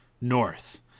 North